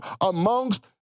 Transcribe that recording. Amongst